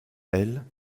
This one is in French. elle